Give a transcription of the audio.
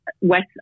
West